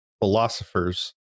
philosophers